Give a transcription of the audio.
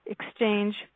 Exchange